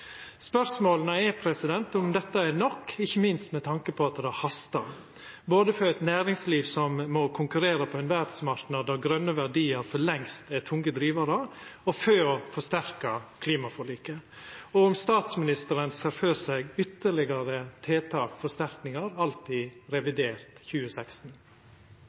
er om dette er nok, ikkje minst med tanke på at det hastar, både for eit næringsliv som må konkurrere på ein verdsmarknad der grøne verdiar for lengst er tunge drivarar, og for å forsterka klimaforliket – og om statsministeren ser for seg ytterlegare tiltak, forsterkningar, alt i revidert 2016? Jeg håper vi kan få vedtatt statsbudsjettet for 2016